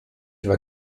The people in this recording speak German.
war